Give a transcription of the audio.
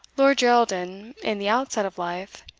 lord geraldin, in the outset of life,